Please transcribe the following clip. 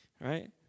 Right